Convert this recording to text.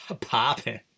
popping